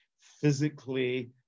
physically